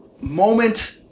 moment